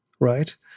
Right